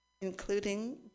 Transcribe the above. including